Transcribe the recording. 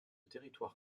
territoire